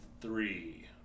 three